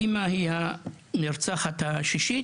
דימא היא הנרצח ה-6,